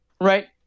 right